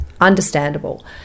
Understandable